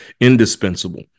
indispensable